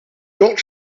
got